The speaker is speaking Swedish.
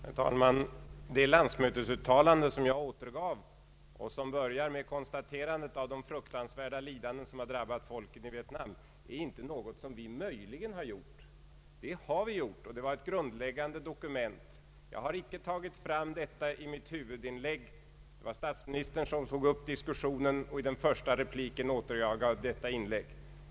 Herr talman! Det landsmötesuttalande som jag återgav och som börjar med konstaterandet av de fruktansvärda lidanden som drabbat folken i Vietnam, är inte något som vi möjligen har gjort. Vi har gjort detta uttalande, och det var ett grundläggande dokument. Jag har inte tagit fram detta i mitt huvudinlägg — det var statsministern som tog upp diskussionen, och jag återgav detta inlägg i min första replik.